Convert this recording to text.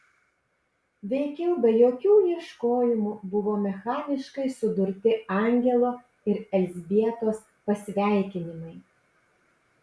veikiau be jokių ieškojimų buvo mechaniškai sudurti angelo ir elzbietos pasveikinimai